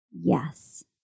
Yes